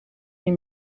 niet